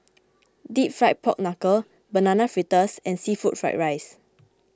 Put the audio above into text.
Deep Fried Pork Knuckle Banana Fritters and Seafood Fried Rice